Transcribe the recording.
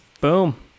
Boom